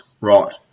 Right